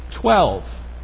twelve